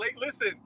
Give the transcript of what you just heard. Listen